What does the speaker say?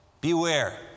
Beware